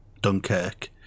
dunkirk